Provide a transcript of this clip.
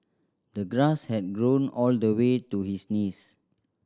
the grass had grown all the way to his knees